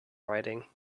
riding